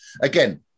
again